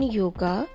yoga